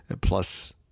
plus